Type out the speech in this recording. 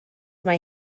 mae